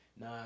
Nah